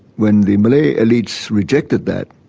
when the malay elites rejected that,